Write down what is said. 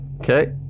okay